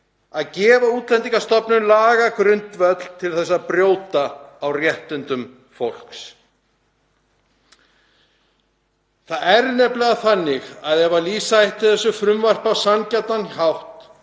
að gefa Útlendingastofnun lagagrundvöll til að brjóta á réttindum fólks. Það er nefnilega þannig að ef lýsa ætti þessu frumvarpi á sanngjarnan hátt